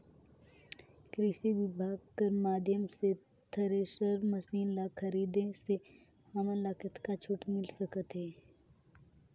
कृषि विभाग कर माध्यम से थरेसर मशीन ला खरीदे से हमन ला कतका छूट मिल सकत हे?